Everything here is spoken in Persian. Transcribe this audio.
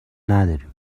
نداریم